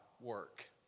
work